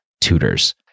tutors